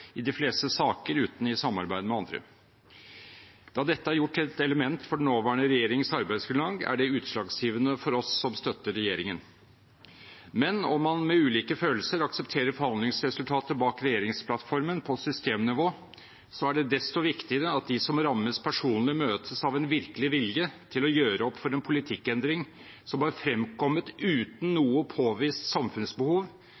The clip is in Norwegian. i de fleste saker uten at det skjer i samarbeid med andre. Da dette er gjort til et element for den nåværende regjeringens arbeidsgrunnlag, er det utslagsgivende for oss som støtter regjeringen. Men om man med ulike følelser aksepterer forhandlingsresultatet bak regjeringsplattformen på systemnivå, er det desto viktigere at de som rammes personlig, møtes av en virkelig vilje til å gjøre opp for en politikkendring som har fremkommet uten